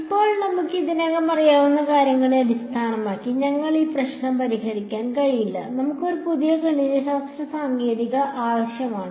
ഇപ്പോൾ നമുക്ക് ഇതിനകം അറിയാവുന്ന കാര്യങ്ങളെ അടിസ്ഥാനമാക്കി ഞങ്ങൾക്ക് ഈ പ്രശ്നം പരിഹരിക്കാൻ കഴിയില്ല നമുക്ക് ഒരു പുതിയ ഗണിതശാസ്ത്ര സാങ്കേതികത ആവശ്യമാണ്